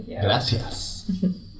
Gracias